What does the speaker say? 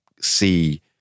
see